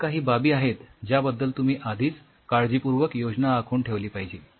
ह्या काही बाबी आहेत ज्याबद्दल तुम्ही आधीच काळजीपूर्वक योजना आखून ठेवली पाहिजे